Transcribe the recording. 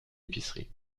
épicerie